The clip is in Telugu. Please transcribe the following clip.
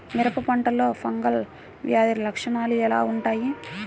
మిరప పంటలో ఫంగల్ వ్యాధి లక్షణాలు ఎలా వుంటాయి?